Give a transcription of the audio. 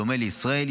בדומה לישראל,